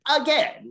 again